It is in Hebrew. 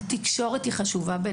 התקשורת בנינו היא חשובה.